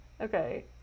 Okay